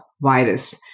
virus